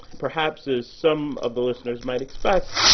perhaps, as some of the listeners might expect,